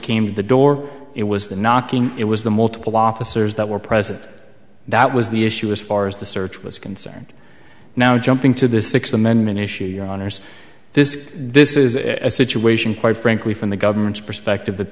came to the door it was the knocking it was the multiple officers that were present that was the issue as far as the search was concerned now jumping to the sixth amendment issue this this is a situation quite frankly from the government's perspective that